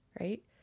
Right